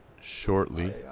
shortly